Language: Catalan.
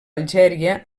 algèria